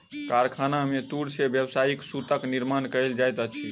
कारखाना में तूर से व्यावसायिक सूतक निर्माण कयल जाइत अछि